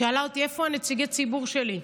היא שאלה אותי: איפה נציגי הציבור שלי?